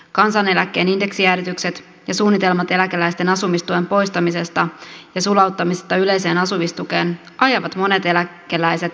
kansaneläkkeen indeksijäädytykset ja suunnitelmat eläkeläisten asumistuen poistamisesta ja sulauttamisesta yleiseen asumistukeen ajavat monet eläkeläiset äärimmäisen ahtaalle